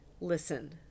listen